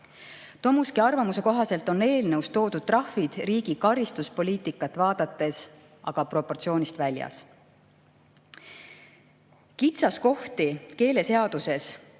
Tomuski arvamuse kohaselt on eelnõus toodud trahvid riigi karistuspoliitikat vaadates aga proportsioonist väljas. Kitsaskohti keeleseaduses